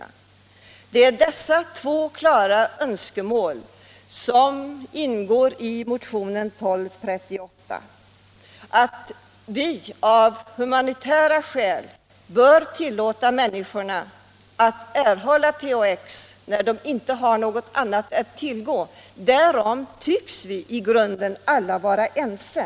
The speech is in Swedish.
Klara önskemål i dessa två frågor ingår i motionen 1238 - att vi av I humanitära skäl bör tillåta människor att erhålla THX när det inte finns = Vissa icke-konvennågot annat att tillgå. Och därom tycks vi alla i grunden vara ense.